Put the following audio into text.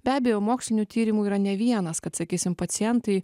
be abejo mokslinių tyrimų yra ne vienas kad sakysim pacientai